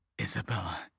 Isabella